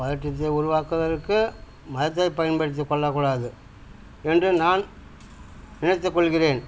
பதற்றத்தை உருவாக்குவதற்கு மதத்தை பயன்படுத்தி கொள்ளக்கூடாது என்று நான் நினைத்துக் கொள்கிறேன்